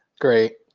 great.